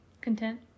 content